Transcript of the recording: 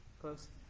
close